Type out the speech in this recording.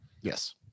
Yes